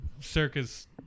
circus